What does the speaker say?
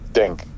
denk